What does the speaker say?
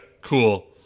cool